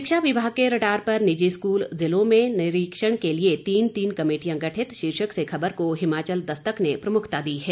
शिक्षा विभाग के रडार पर निजी स्कूल जिलों में निरीक्षण के लिए तीन तीन कमेटियां गठित शीर्षक से खबर को हिमाचल दस्तक ने प्रमुखता दी है